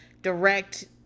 direct